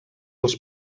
els